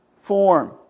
form